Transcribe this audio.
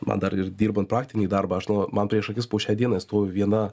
man dar ir dirbant praktinį darbą aš no man prieš akis po šiai dienai stovi viena